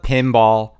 Pinball